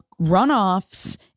runoffs